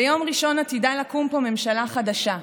ביום ראשון עתידה לקום פה ממשלה חדשה,